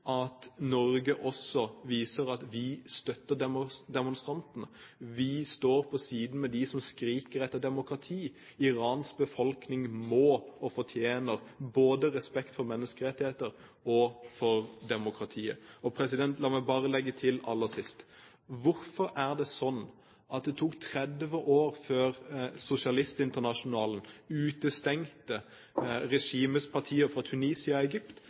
at Norge også viser at vi støtter demonstrantene, at vi står ved siden av dem som skriker etter demokrati. Irans befolkning fortjener både respekt for menneskerettigheter og for demokratiet. La meg bare legge til aller sist: Hvorfor tok det 30 år før Sosialistinternasjonalen utestengte regimets partier fra Tunisia og Egypt?